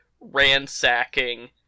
ransacking